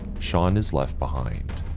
sean is left behind.